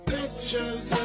Pictures